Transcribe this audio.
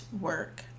work